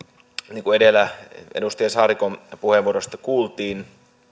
niin kuin edellä edustaja saarikon puheenvuorosta kuultiin